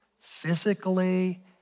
physically